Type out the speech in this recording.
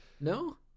No